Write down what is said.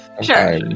sure